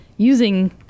using